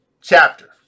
chapter